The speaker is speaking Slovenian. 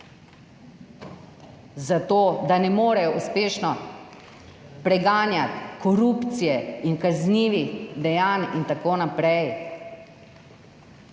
Zato, da ne morejo uspešno preganjati korupcije, kaznivih dejanj in tako naprej.